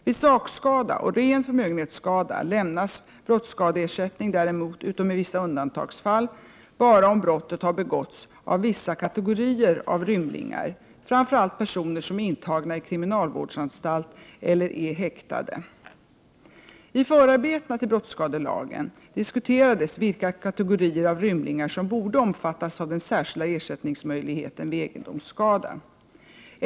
Vid sakskada och ren förmögenhetsskada lämnas brottsskadeersättning däremot — utom i vissa undantagsfall — bara om brottet har begåtts av vissa kategorier av rymlingar, framför allt personer som är intagna i kriminalvårdsanstalt eller är häktade. I förarbetena till brottsskadelagen diskuterades vilka kategorier av rymlingar som borde omfattas av den särskilda ersättningsmöjligheten vid egendomsskada.